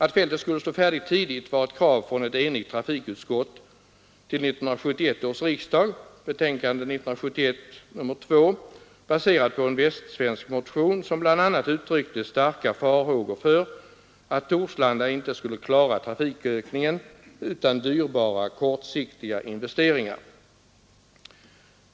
Att fältet skulle stå färdigt tidigt var ett krav från ett enigt trafikutskott till 1971 års riksdag, framfört i dess betänkande nr 2 och baserat på en västsvensk motion som bl.a. uttryckte starka farhågor för att Torslanda inte skulle klara trafikökningen utan dyrbara, kortsiktiga investeringar.